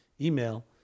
email